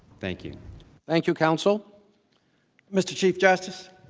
thank you thank you counsel mr. chief justice